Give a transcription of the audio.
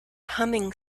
humming